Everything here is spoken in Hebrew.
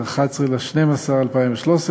11 בדצמבר 2013,